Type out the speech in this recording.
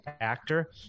actor